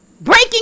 breaking